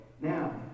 Now